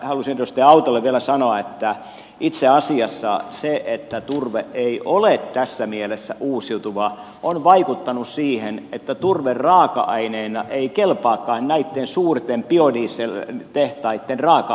halusin edustaja autolle vielä sanoa että itse asiassa se että turve ei ole tässä mielessä uusiutuva on vaikuttanut siihen että turve raaka aineena ei kelpaakaan näitten suurten biodieseltehtaitten raaka aineeksi